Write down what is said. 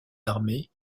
armées